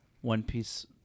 one-piece